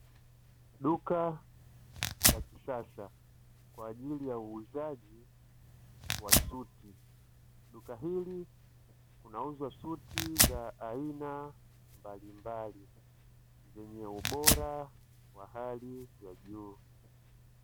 Duka la kisasa kwa ajili ya uuzaji wa suti. Duka hili linauza suti za aina mbali mbali zenye ubora wa hali ya juu.